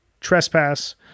Trespass